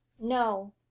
no